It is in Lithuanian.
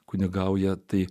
kunigauja tai